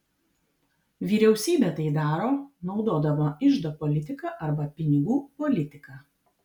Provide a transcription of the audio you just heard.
vyriausybė tai daro naudodama iždo politiką arba pinigų politiką